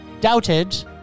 Doubted